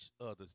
others